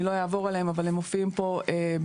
אני לא אעבור עליהם, אבל הם מופיעים פה בפניכם.